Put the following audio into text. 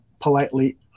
politely